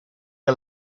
you